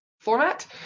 format